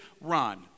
run